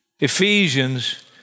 Ephesians